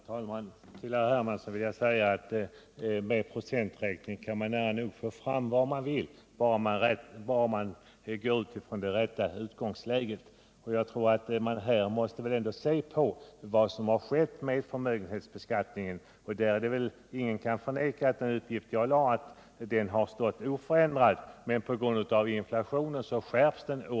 Herr talman! Till Carl-Henrik Hermansson vill jag säga att man med procenträkning och med det rätta utgångsläget kan få fram nära nog vad man vill. Jag tror att man här måste se på vad som har hänt på förmögenhetsbeskattningens område. Ingen kan väl förneka min uppgift om att förmögenhetsbeskattningen har varit oförändrad, men ändå har den på grund av inflationen skärpts år från år.